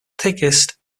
thickest